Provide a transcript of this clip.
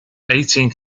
eighteen